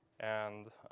and